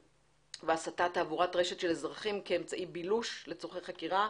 והסטת תעבורת רשת של אזרחים כאמצעי בילוש לצורכי חקירה.